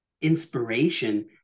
inspiration